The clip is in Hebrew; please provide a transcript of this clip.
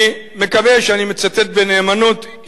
אני מקווה שאני מצטט בנאמנות,